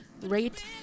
rate